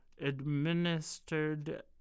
administered